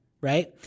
right